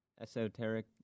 esoteric